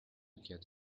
get